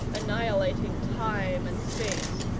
annihilating time and space.